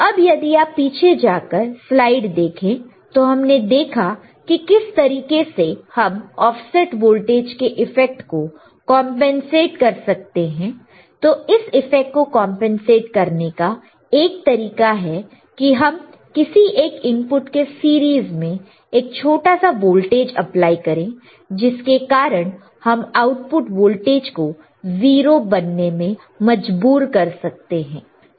अब यदि आप पीछे जाकर स्लाइड देखें तो हमने देखा कि किस तरीके से हम ऑफसेट वोल्टेज के इफेक्ट को कंपनसेट कर सकते हैं तो इस इफेक्ट को कंपनसेट करने का एक तरीका है कि हम किसी एक इनपुट के सीरीज में एक छोटा सा वोल्टेज अप्लाई करें जिसके कारण हम आउटपुट वोल्टेज को 0 बनने में मजबूर कर सकते हैं